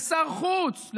לשר חוץ,